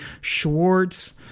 schwartz